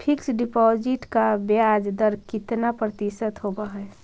Fix deposit का ब्याज दर कितना प्रतिशत होब है?